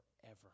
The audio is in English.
forever